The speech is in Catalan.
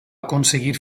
aconseguir